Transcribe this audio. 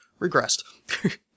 regressed